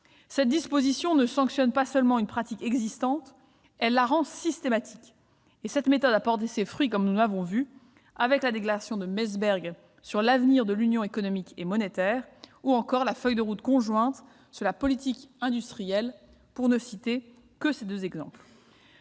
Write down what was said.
Cette disposition ne sanctionne pas seulement une pratique existante, elle la rend systématique. Cette méthode a déjà porté ses fruits, comme nous l'avons vu avec la déclaration de Meseberg sur l'avenir de l'Union économique et monétaire ou encore avec la feuille de route conjointe sur la politique industrielle, pour ne citer que ces deux exemples.